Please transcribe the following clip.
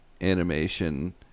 animation